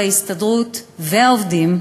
ההסתדרות והעובדים,